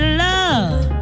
love